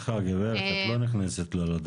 סליחה, גברת, את לא נכנסת לה לדברים.